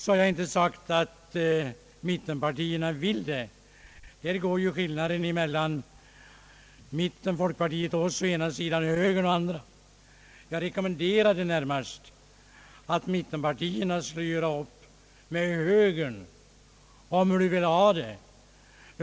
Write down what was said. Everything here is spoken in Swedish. Jag har inte sagt att mittenpartierna vill det. Här går skiljelinjen mellan mittenpartierna och oss å ena sidan och högern å den andra. Jag rekommenderade närmast att mittenpartierna skulle göra upp med högern hur de vill ha det.